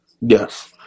Yes